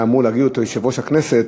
היה אמור להגיד אותו יושב-ראש הכנסת,